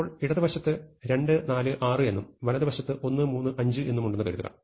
ഇപ്പോൾ ഇടത് വശത്ത് 2 4 6 എന്നും വലതുവശത്ത് 1 3 5 എന്നും ഉണ്ടെന്ന് കരുതുക